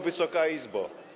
Wysoka Izbo!